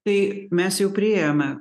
tai mes jau priėjome